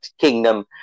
Kingdom